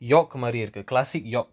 yoke மாரி இருக்கு:maari iruku classic yoke